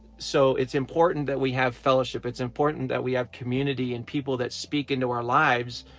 so it's important that we have fellowship, it's important that we have community and people that speak into our lives